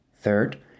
Third